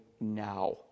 now